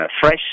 fresh